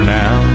now